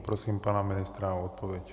Poprosím pana ministra o odpověď.